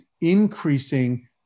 increasing